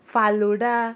falooda